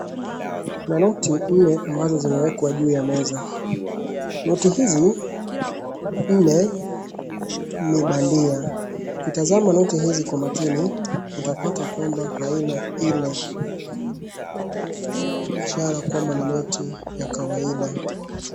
Kuna noti nne ambazo zimewekwa juu ya meza, noti hizi nne ni bandia, ukitazama noti hizi kwa makini utapata haina ile ishara kwamba ni noti ya kawaida.